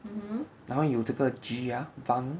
然后有这个 G ah vang